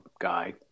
guy